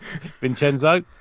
Vincenzo